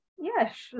Yes